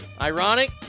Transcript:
Ironic